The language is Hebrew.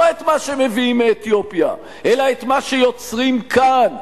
את מה שמביאים מאתיופיה אלא את מה שיוצרים כאן.